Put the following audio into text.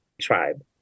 tribe